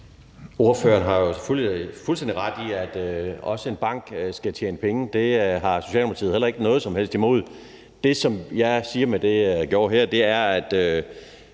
Andersen har jo fuldstændig ret i, at også en bank skal tjene penge; det har Socialdemokratiet heller ikke noget som helst imod. Det, som jeg siger med det, jeg sagde her, er, at